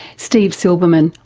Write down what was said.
steve silberman,